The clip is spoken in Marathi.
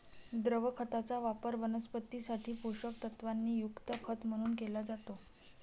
द्रव खताचा वापर वनस्पतीं साठी पोषक तत्वांनी युक्त खत म्हणून केला जातो